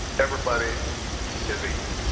everybody is equal